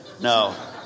No